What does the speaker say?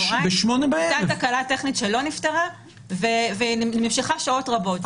היתה תקלה טכנית שלא נפתרה ונמשכה שעות רבות.